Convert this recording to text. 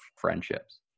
friendships